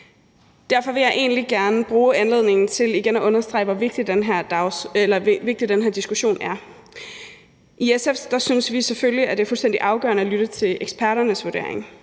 Derfor vil jeg egentlig gerne bruge anledningen til igen at understrege, hvor vigtig den her diskussion er. I SF synes vi selvfølgelig, det er fuldstændig afgørende at lytte til eksperternes vurdering.